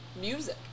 music